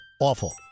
awful